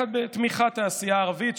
בתמיכת הסיעה הערבית,